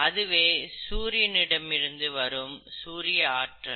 அதுவே சூரியனிடமிருந்து வரும் சூரிய ஆற்றல்